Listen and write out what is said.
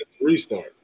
restart